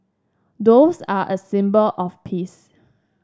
doves are a symbol of peace